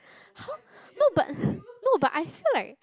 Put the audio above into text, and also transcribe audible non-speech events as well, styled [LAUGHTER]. !huh! no but [BREATH] no but I feel like